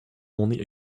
only